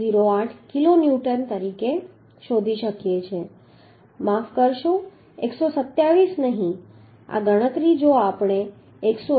08 kilonewton તરીકે શોધી શકીએ છીએ માફ કરશો 127 નહીં આ ગણતરી જો આપણે 101